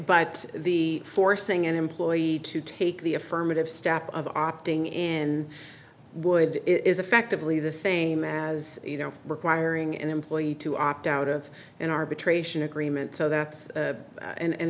but the forcing an employee to take the affirmative step of opting in would it is effectively the same as you know requiring an employee to opt out of an arbitration agreement so that's